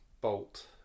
Bolt